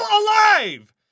alive